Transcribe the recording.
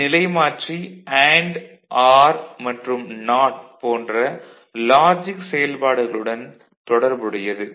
இந்த நிலைமாற்றி and or மற்றும் நாட் AND OR NOT போன்ற லாஜிக் செயல்பாடுகளுடன் தொடர்புடையது